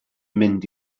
mynd